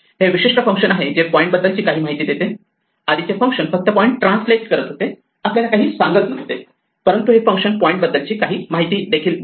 हे विशिष्ट फंक्शन आहे जे पॉईंट बद्दलची काही माहिती देते आधीचे फंक्शन फक्त पॉईंट ट्रान्सलेट करत होते आपल्याला काहीही सांगत नव्हते परंतु हे फंक्शन पॉईंट बद्दलची काही माहिती देते